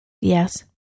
yes